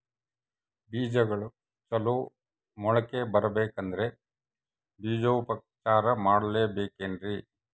ಬೇಜಗಳು ಚಲೋ ಮೊಳಕೆ ಬರಬೇಕಂದ್ರೆ ಬೇಜೋಪಚಾರ ಮಾಡಲೆಬೇಕೆನ್ರಿ?